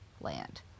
land